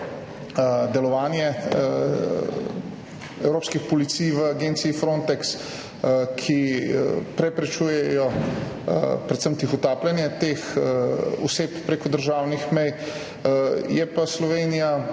delovanje evropskih policij v agenciji Frontex, ki preprečujejo predvsem tihotapljenje teh oseb prek državnih mej.